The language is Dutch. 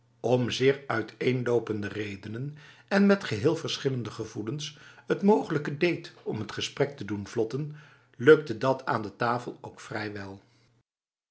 om zeer uiteenlopende redenen en met geheel verschillende gevoelens t mogelijke deed om het gesprek te doen vlotten lukte dat aan tafel ook vrij